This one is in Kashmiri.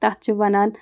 تَتھ چھِ وَنان